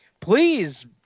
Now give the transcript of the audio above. please